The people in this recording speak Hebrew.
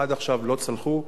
ועד עכשיו לא הצליחו,